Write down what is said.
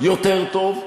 יותר טוב.